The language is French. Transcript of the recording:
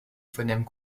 phonèmes